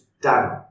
done